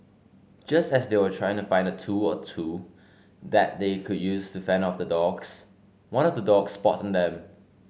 just as they were trying to find a tool or two that they could use to fend off the dogs one of the dogs spotted them